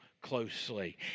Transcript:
closely